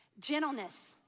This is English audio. Gentleness